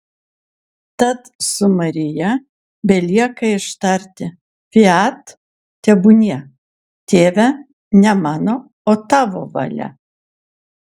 tad su marija belieka ištarti fiat tebūnie tėve ne mano o tavo valia